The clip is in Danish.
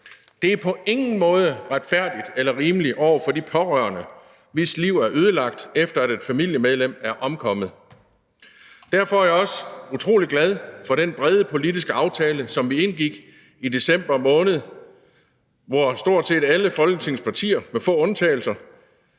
Det er på ingen måde retfærdigt eller rimeligt over for de pårørende, hvis liv er ødelagt, efter at et familiemedlem er omkommet. Derfor er jeg også utrolig glad for den brede politiske aftale, som vi indgik i december måned, hvor stort set alle Folketingets partier med få undtagelser